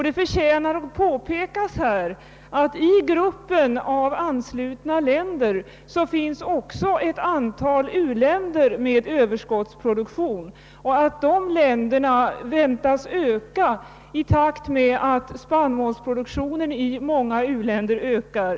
— Det förtjänar påpekas att i gruppen av anslutna länder finns ett antal u-länder med överskottsproduktion, och antalet sådana länder väntas öka i takt med att spannmålsproduktionen i många u-län der ökar.